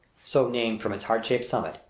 so named from its heart-shaped summit,